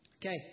Okay